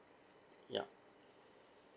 yup